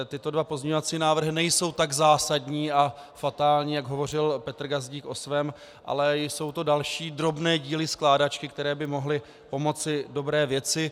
Tyto dva pozměňovací návrhy nejsou tak zásadní a fatální, jak hovořil Petr Gazdík o svém, ale jsou to další drobné díly skládačky, které by mohly pomoci dobré věci.